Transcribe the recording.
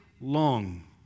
long